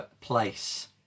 place